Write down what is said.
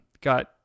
got